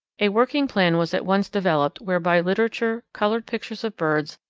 a working plan was at once developed whereby literature, coloured pictures of birds,